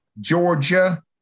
Georgia